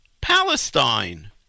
Palestine